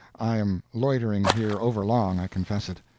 i am loitering here overlong, i confess it.